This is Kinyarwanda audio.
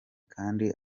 kandi